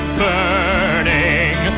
burning